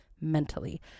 mentally